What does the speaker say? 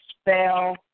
spell